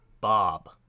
Bob